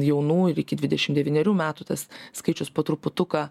jaunų ir iki dvidešimt devynerių metų tas skaičius po truputuką